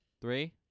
Three